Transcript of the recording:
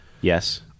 Yes